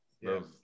Yes